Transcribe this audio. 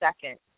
second